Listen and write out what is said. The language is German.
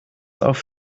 auf